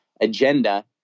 agenda